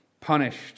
punished